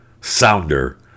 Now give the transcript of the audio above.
sounder